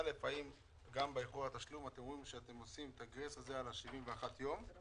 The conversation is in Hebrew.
האם גם באירוע התשלום אתם אומרים שאתם עושים את הגרייס הזה על ה-71 יום?